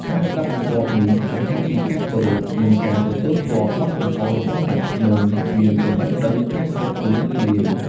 ការស្ដាប់បង្គាប់នេះបង្ហាញពីការគោរព និងការទទួលស្គាល់បទកំហុសរបស់អ្នក និងមានចំណេះដឹងការគិតទូលំទូលាយ។